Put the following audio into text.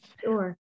Sure